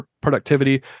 productivity